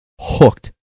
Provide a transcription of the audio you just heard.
hooked